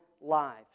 lives